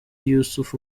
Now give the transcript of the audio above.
yusuf